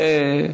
נכון.